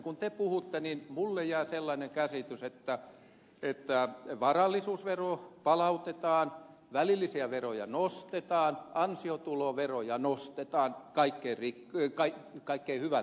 kun te puhutte näin minulle jää sellainen käsitys että varallisuusvero palautetaan välillisiä veroja nostetaan ansiotuloveroja nostetaan kaikkein hyvätuloisimmilla